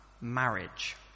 marriage